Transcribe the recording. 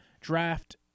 draft